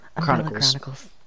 Chronicles